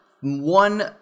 one